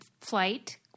flight